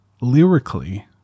lyrically